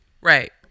Right